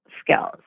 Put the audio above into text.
skills